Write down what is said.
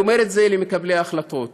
אני אומר למקבלי ההחלטות